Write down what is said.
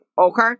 okay